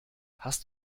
hast